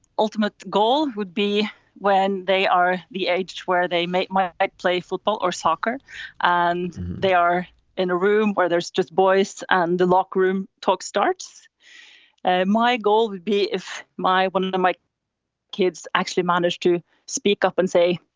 ultimate goal would be when they are the age where they make my like play, football or soccer and they are in a room where there's just boys and the locker room talk starts ah my goal would be if my when and my kids actually manage to speak up and say,